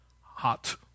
hot